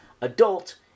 adult